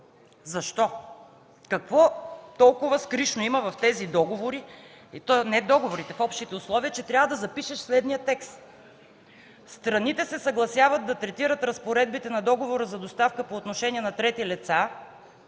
Защо? Какво толкова скришно има в тези договори, и то не е в договорите, а в общите условия, че трябва да запишеш следния текст: „Страните се съгласяват да третират разпоредбите на договора за доставка по отношение на трети лица,